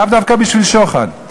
לאו דווקא בשביל שוחד,